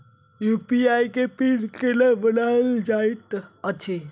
UPI केँ pin केना बनायल जाइत अछि